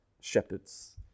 shepherds